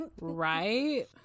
right